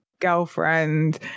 girlfriend